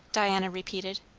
diana repeated.